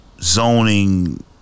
zoning